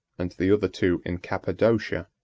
and the other two in cappadocia.